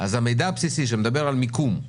שמדבר על מיקום,